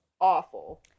awful